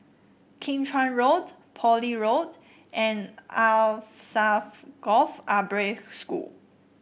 Kim Chuan Road Poole Road and Alsagoff Arab School